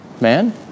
man